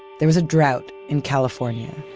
there was a drought in california.